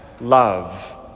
love